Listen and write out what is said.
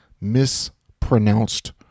mispronounced